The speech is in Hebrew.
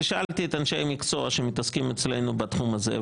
ושאלתי את אנשי המקצוע שמתעסקים אצלנו בתחום הזה,